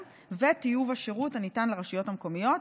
וטיוב השירות הניתן לרשויות המקומיות,